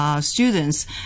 students